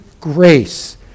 grace